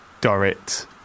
Dorrit